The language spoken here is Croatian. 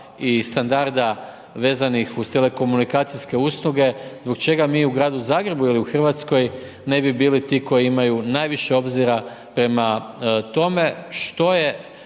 i standarda vezanih uz telekomunikacijske usluge, zbog čega mi u Gradu Zagrebu ili u Hrvatskoj ne bi bili ti koji imaju najviše obzira prema tome, što je